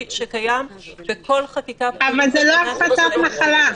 שקיים בכל חקיקה --- אבל זה לא הפצת מחלה.